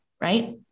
right